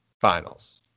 finals